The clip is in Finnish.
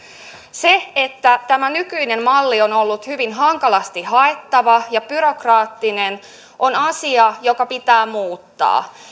se että tämä nykyinen malli on ollut hyvin hankalasti haettava ja byrokraattinen on asia joka pitää muuttaa